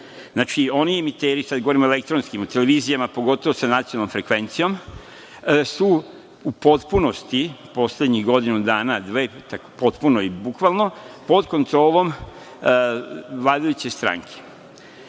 oni emiteri, sad govorim o elektronskim televizija, pogotovo sa nacionalnom frekvencijom su u potpunosti poslednjih godinu dana, potpuno i bukvalno, pod kontrolom vladajuće stranke. Njihova